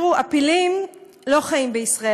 פילים לא חיים בישראל,